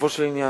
לגופו של עניין.